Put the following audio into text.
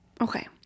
Okay